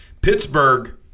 Pittsburgh